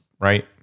right